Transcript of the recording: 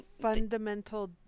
fundamental